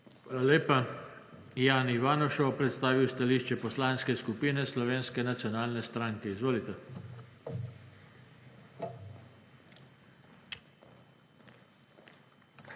Hvala lepa. Jani Ivanuša bo predstavil stališče Poslanske skupine Slovenske nacionalne stranke. Izvolite. JANI